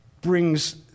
brings